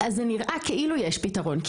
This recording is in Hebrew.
אז נראה כאילו שיש פתרון,